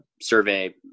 survey